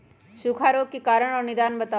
सूखा रोग के कारण और निदान बताऊ?